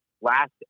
last